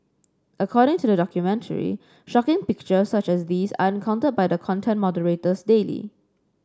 according to the documentary shocking pictures such as these are encountered by the content moderators daily